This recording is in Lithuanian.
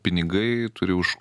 pinigai turi už